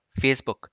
Facebook